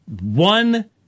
one